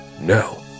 No